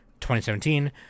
2017